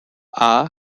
are